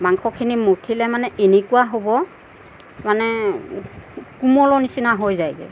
মাংসখিনি মঠিলে মানে এনেকুৱা হ'ব মানে কোমলৰ নিচিনা হৈ যায়গে